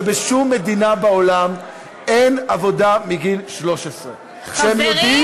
שבשום מדינה בעולם אין עבודה מגיל 13. הם יודעים והם מכירים את הנושא הזה.